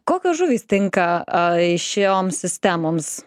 kokios žuvys tinka a į šioms sistemoms